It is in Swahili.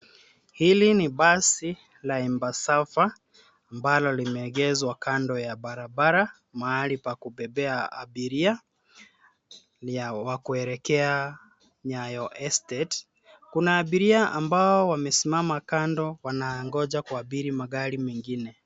Hili ni basi la Embassava ambalo limeegeshwa kando ya barabara mahali pa kubebea abiria wa kuelekea Nyayo estate . Kuna abiria ambao wamesimama kando wanangoja kuabiri magari mengine.